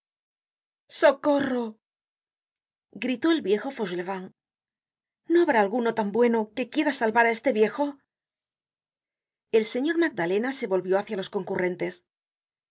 socorro gritó el viejo fauchelevent no habrá alguno tan bueno que quiera salvar á este viejo el señor magdalena se volvió hácia los concurrentes